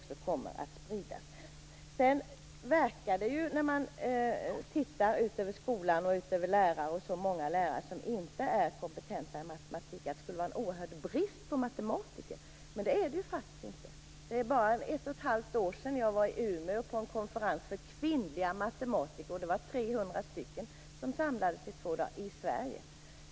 Sedan verkar det ju, när man tittar ut över skolan och de många lärare som inte är kompetenta i matematik, som om det skulle vara en oerhörd brist på matematiker. Men det är det faktiskt inte. Det är bara ett och ett halvt år sedan jag var i Umeå på en konferens för kvinnliga matematiker. Det var 300 stycken som samlades i två dagar i Sverige.